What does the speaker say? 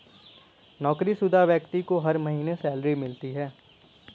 नौकरीशुदा व्यक्ति को हर महीने सैलरी मिलती है